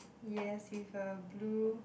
yes with a blue